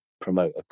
promote